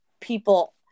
people